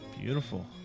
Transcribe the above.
Beautiful